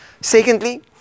Secondly